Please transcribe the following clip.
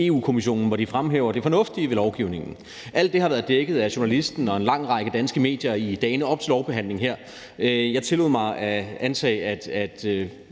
Europa-Kommissionen, hvor de fremhæver det fornuftige ved lovgivningen. Alt det har været dækket af Journalisten og en lang række danske medier i dagene op til lovbehandlingen her. Jeg tillod mig at antage, at